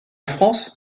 france